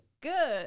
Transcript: good